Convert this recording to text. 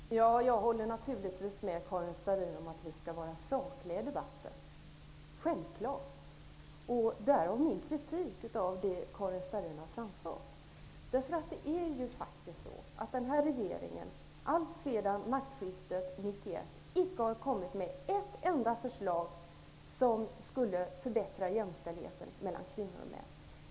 Fru talman! Jag håller naturligtvis med Karin Starrin om att vi skall vara sakliga i debatten, därav min kritik mot det som Karin Starrin har framfört. Den här regeringen har sedan maktskiftet 1991 faktiskt icke kommit med ett enda förslag som skulle förbättra jämställdheten mellan kvinnor och män.